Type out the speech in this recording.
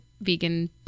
vegan